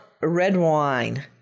Redwine